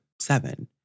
seven